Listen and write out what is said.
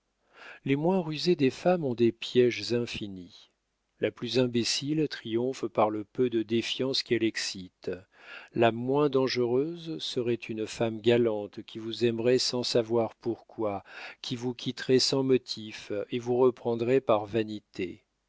les moins rusées des femmes ont des piéges infinis la plus imbécile triomphe par le peu de défiance qu'elle excite la moins dangereuse serait une femme galante qui vous aimerait sans savoir pourquoi qui vous quitterait sans motif et vous reprendrait par vanité